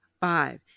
five